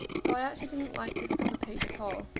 so i actually didn't like this cover page at all.